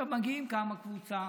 מגיעה קבוצה